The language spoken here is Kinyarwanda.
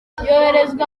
yoherezwa